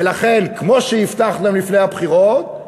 ולכן, כמו שהבטחת לפני הבחירות,